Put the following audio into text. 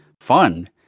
Fun